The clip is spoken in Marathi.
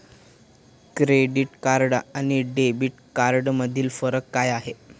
क्रेडिट कार्ड आणि डेबिट कार्डमधील फरक काय आहे?